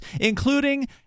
including